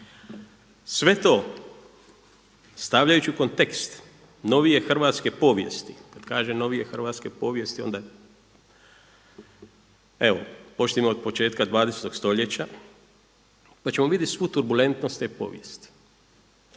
Sve to stavljajući u kontekst novije hrvatske povijesti, kad kažem novije hrvatske povijesti onda, evo, počnimo od početka 20. stoljeća pa ćemo vidjeti svu turbulentnost te povijesti.